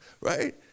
right